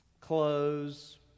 Clothes